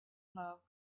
love